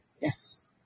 Yes